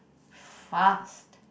fast